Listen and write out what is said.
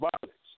violence